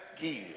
give